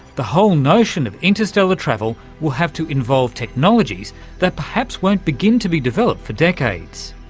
the whole notion of interstellar travel will have to involve technologies that perhaps won't begin to be developed for decades.